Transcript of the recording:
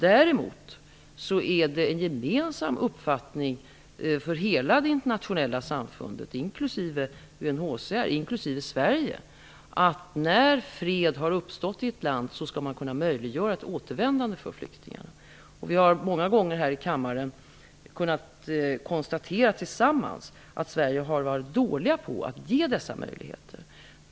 Det är däremot en gemensam uppfattning för hela det internationella samfundet, inklusive UNHCR och Sverige, att man skall möjliggöra ett återvändande för flyktingar när fred har uppstått i ett land. Vi har många gånger tillsammans här i kammaren kunnat konstatera att Sverige har varit dåligt på att ge dessa möjligheter.